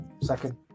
second